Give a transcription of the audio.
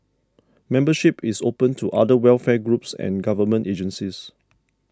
membership is open to other welfare groups and government agencies